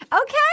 Okay